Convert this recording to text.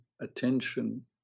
attention